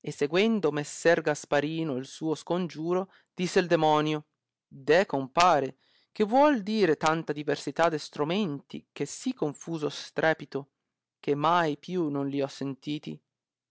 e seguendo messer gasparino il suo scongiuro disse il demonio deh compare che vuol dire tanta diversità de stromenti con sì confuso strepito che mai più non gli ho sentiti